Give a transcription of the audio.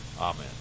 amen